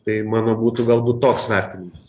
tai mano būtų galbūt toks vertinimas